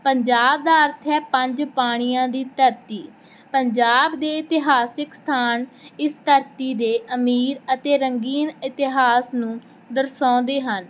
ਪੰਜਾਬ ਦਾ ਅਰਥ ਹੈ ਪੰਜ ਪਾਣੀਆਂ ਦੀ ਧਰਤੀ ਪੰਜਾਬ ਦੇ ਇਤਿਹਾਸਿਕ ਸਥਾਨ ਇਸ ਧਰਤੀ ਦੇ ਅਮੀਰ ਅਤੇ ਰੰਗੀਨ ਇਤਿਹਾਸ ਨੂੰ ਦਰਸਾਉਂਦੇ ਹਨ